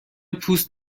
پوست